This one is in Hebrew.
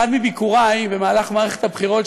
באחד מביקורי במהלך מערכת הבחירות,